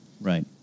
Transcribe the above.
Right